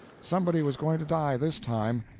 somebody was going to die this time.